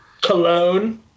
Cologne